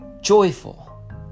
Joyful